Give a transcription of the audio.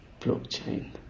Blockchain